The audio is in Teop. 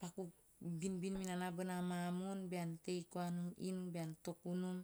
paku binbin minana bona ma moon bean tei koa nom bean toku nom.